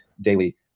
daily